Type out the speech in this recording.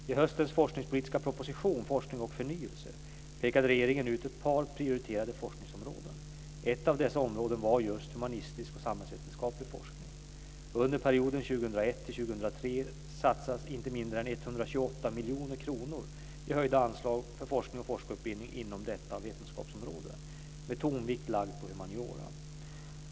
I höstens forskningspolitiska proposition Forskning och förnyelse pekade regeringen ut ett par prioriterade forskningsområden. Ett av dessa områden var just humanistisk och samhällsvetenskaplig forskning. Under perioden 2001-2003 satsas inte mindre än 128 miljoner kronor i höjda anslag på forskning och forskarutbildning inom detta vetenskapsområde, med tonvikt lagd på humaniora.